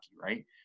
right